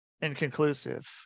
inconclusive